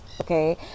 okay